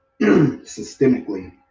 systemically